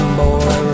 boy